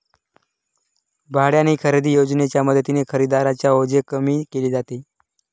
भाड्याने खरेदी योजनेच्या मदतीने खरेदीदारांचे ओझे कमी केले जाते